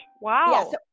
wow